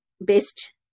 best